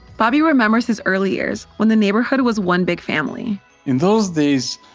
bobby remembers his early years, when the neighborhood was one big family in those days,